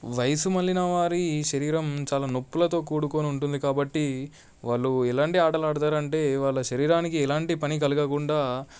వయసు మళ్ళిన వారి శరీరం చాలా నొప్పులతో కూడుకుని ఉంటుంది కాబట్టి వాళ్ళు ఎలాంటి ఆటలాడుతారు అంటే వాళ్ళ శరీరానికి ఎలాంటి పని కలుగకుండా